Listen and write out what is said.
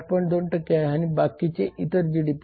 2 आहे आणि बाकीचे इतर जीडीपी 8